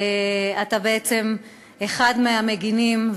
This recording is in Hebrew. אתה בעצם אחד מהמגינים,